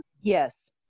Yes